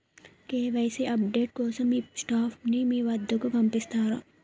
KYC update కోసం మీ staff ని మా వద్దకు పంపిస్తారా?